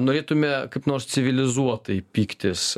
norėtume kaip nors civilizuotai pyktis